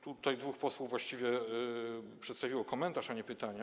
Tutaj dwóch posłów właściwie przedstawiło komentarze, a nie pytania.